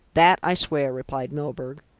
that i swear, replied milburgh.